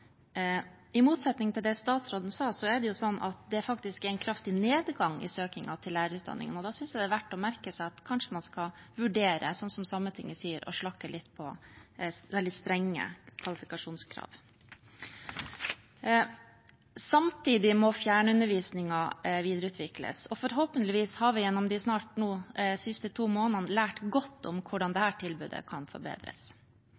statsråden sa, er det faktisk en kraftig nedgang i søkingen til lærerutdanningene, og da synes jeg det er verdt å merke seg at man kanskje skal vurdere, sånn som Sametinget sier, å slakke litt på veldig strenge kvalifikasjonskrav. Samtidig må fjernundervisningen videreutvikles, og forhåpentligvis har vi nå, gjennom de snart to siste månedene, lært mye godt om hvordan